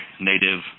Native